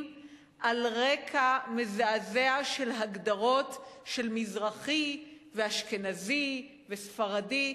על רקע מזעזע של הגדרות של מזרחי ואשכנזי וספרדי.